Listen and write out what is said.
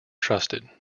trusted